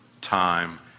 time